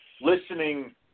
Listening